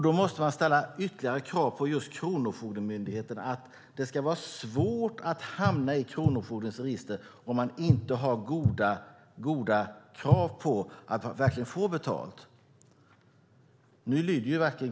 Då måste det ställas ytterligare krav på just Kronofogdemyndigheten, och det ska vara svårt att hamna i kronofogdens register om man inte har goda krav på att verkligen få betalt.